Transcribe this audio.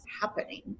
happening